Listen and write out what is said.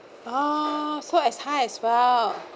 oh so as high as well